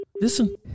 listen